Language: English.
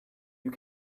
you